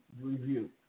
review